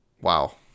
Wow